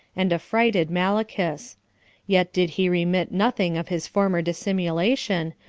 and affrighted malichus yet did he remit nothing of his former dissimulation,